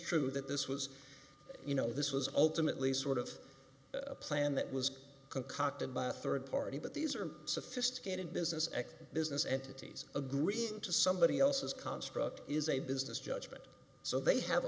true that this was you know this was ultimately sort of a plan that was concocted by a third party but these are sophisticated business and business entities agreeing to somebody else's construct is a business judgment so